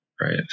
Right